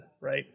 right